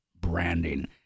branding